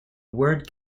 word